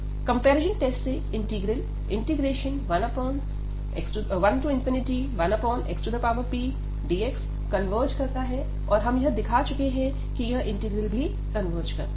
comparison test से integral 11xpdx converge करता है और हम यह दिखा चुके हैं कि यह इंटीग्रल भी कन्वर्ज करता है